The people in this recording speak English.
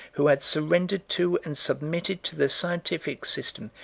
who had surrendered to and submitted to the scientific system,